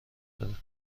بده